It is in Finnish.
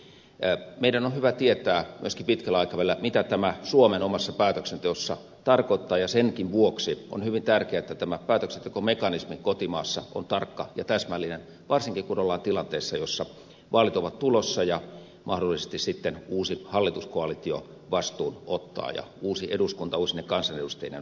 meidän on hyvä tietää myöskin pitkällä aikavälillä mitä tämä suomen omassa päätöksenteossa tarkoittaa ja senkin vuoksi on hyvin tärkeää että tämä päätöksentekomekanismi kotimaassa on tarkka ja täsmällinen varsinkin kun ollaan tilanteessa jossa vaalit ovat tulossa ja mahdollisesti sitten uusi hallituskoalitio vastuun ottaa ja uusi eduskunta uusine kansanedustajineen on täällä